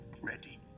ready